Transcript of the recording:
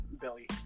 Billy